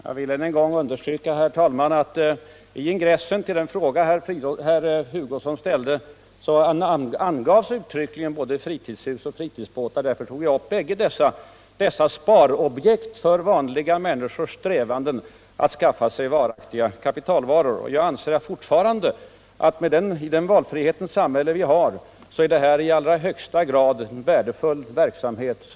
Herr talman! Jag vill än en gång understryka att i ingressen till den fråga som herr Hugosson ställde angavs uttryckligen både fritidshus och fritidsbåtar. Därför tog jag upp båda dessa objekt för vanliga människors strävanden att skaffa sig varaktiga kapitalvaror. Jag anser fortfarande att idet valfrihetens samhälle som vi har är detta i allra högsta grad en värdefull verksamhet.